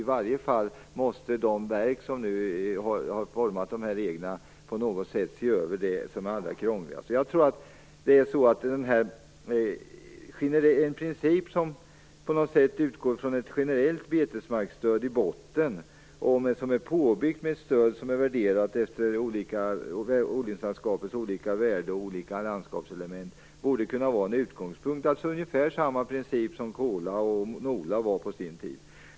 I varje fall måste de verk som har format reglerna på något sätt se över det som är allra krångligast. En princip som har ett generellt betesmarksstöd i botten och som är påbyggt med ett stöd värderat efter odlingslandskapets olika värden och olika landskapselement borde kunna vara en utgångspunkt - ungefär samma princip som för KOLA och NOLA på sin tid.